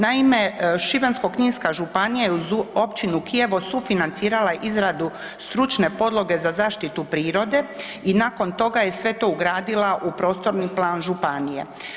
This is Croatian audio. Naime, Šibensko-kninska županija je uz općinu Kijevo sufinancirala izradu stručne podloge za zaštitu prirode i nakon toga je sve to ugradila u prostorni plan županije.